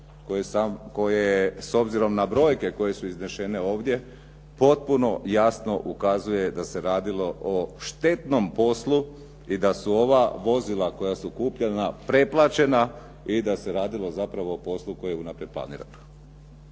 koje s obzirom na brojke koje su iznesene ovdje potpuno jasno ukazuje da se radilo o štetnom poslu i da su ova vozila koja su kupljena preplaćena i da se radilo zapravo o poslu koje je unaprijed planirano.